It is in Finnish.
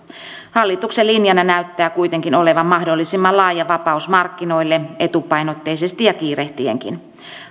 hallituksen linjana näyttää kuitenkin olevan mahdollisimman laaja vapaus markkinoille etupainotteisesti ja kiirehtienkin